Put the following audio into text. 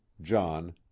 john